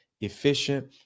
efficient